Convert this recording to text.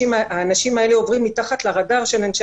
האנשים האלה עוברים תחת הרדאר של אנשי